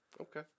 Okay